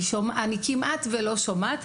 מה שאני כמעט ולא שומעת.